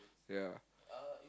ya